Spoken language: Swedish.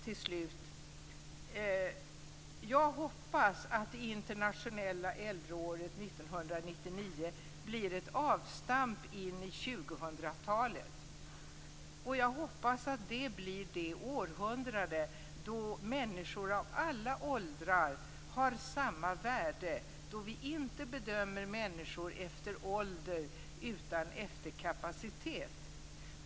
Till slut: Jag hoppas att det internationella äldreåret 1999 blir ett avstamp in i 2000-talet, det århundrade då människor av alla åldrar har samma värde, då vi inte bedömer människor efter ålder utan efter kapacitet.